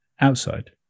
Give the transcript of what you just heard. outside